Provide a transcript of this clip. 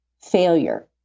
failure